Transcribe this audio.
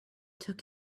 took